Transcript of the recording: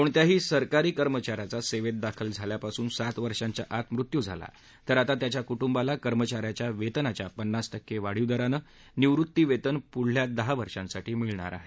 कोणत्याही सरकारी कर्मचा याचा सेवेत दाखल झाल्यापासून सात वर्षांच्या आत मृत्यू झाला तर आता त्याच्या कुटुंबाला कर्मचा याच्या वेतनाच्या पन्नास टक्के वाढीव दरानं निवृत्तीवेतन पुढल्या दहा वर्षांसाठी मिळणार आहे